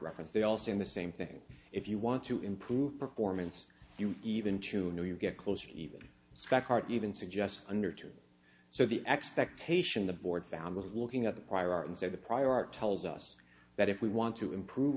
reference they also in the same thing if you want to improve performance you even to know you get closer to even spec hard even suggest under two so the expectation the board found was looking at the prior art and so the prior art tells us that if we want to improve